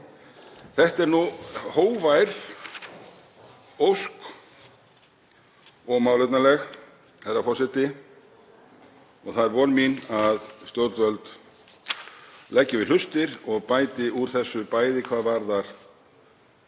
Þetta er nú hógvær ósk og málefnaleg, herra forseti, og það er von mín að stjórnvöld leggi við hlustir og bæti úr þessu, bæði hvað varðar